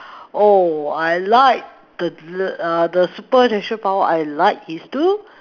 oh I like the err the super natural power I like is to